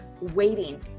waiting